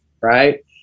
right